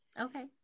Okay